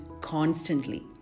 constantly